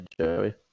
Joey